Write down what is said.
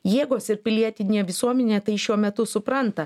jėgos ir pilietinė visuomenė tai šiuo metu supranta